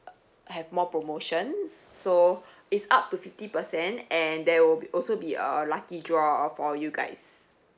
have more promotions so it's up to fifty percent and there will also be a lucky draw all for you guys